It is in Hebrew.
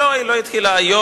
לא, היא לא התחילה היום.